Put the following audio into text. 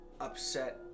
upset